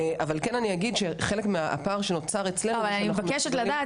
אבל אני כן אגיד שחלק מהפער שנוצר אצלנו --- אבל אני מבקשת לדעת,